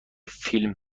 فیلم